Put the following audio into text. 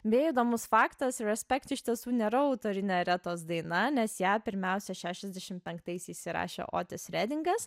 beje įdomus faktas respect iš tiesų nėra autorinė aretos daina nes ją pirmiausia šešiasdešim penktaisiais įrašė otis redingas